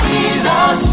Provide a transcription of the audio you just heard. Jesus